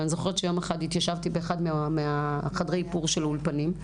אבל אני זוכרת שיום אחד התיישבתי באחד מחדרי האיפור של אחד האולפנים,